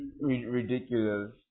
ridiculous